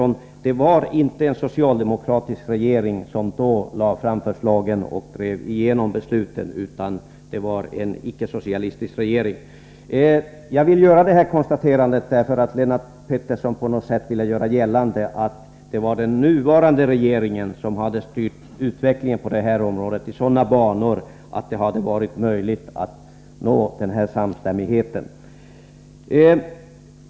Och det var inte en socialdemokratisk regering, Lennart Pettersson, som då lade fram förslagen och drev igenom besluten, utan det var en icke-socialistisk regering. Jag vill göra detta konstaterande därför att Lennart Pettersson på något sätt vill göra gällande att det är den nuvarande regeringen som har styrt utvecklingen på det här området i sådana banor att det har varit möjligt att nå denna samstämmighet.